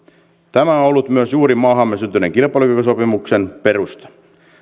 on ollut myös juuri maahamme syntyneen kilpailukykysopimuksen peruste